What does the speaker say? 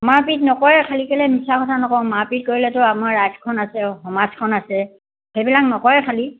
মাৰ পিট নকৰে খালী কেলে মিছা কথা নকওঁ মাৰ পিট কৰিলেতো আমাৰ ৰাইজখন আছে সমাজখন আছে সেইবিলাক নকৰে খালী